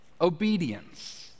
obedience